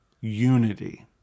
Unity